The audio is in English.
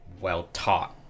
well-taught